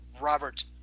Robert